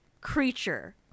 creature